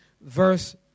verse